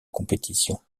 compétition